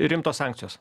rimtos sankcijos